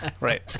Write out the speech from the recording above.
right